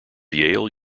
yale